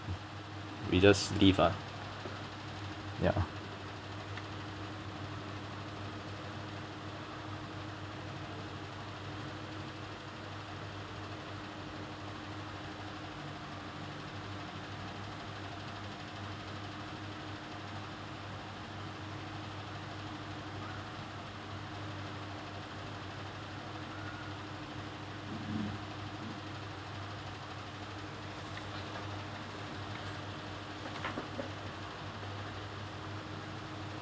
we just leave ah ya